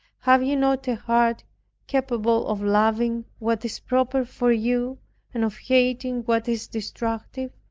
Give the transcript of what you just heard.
have ye not a heart capable of loving what is proper for you and of hating what is destructive?